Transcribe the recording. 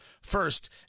First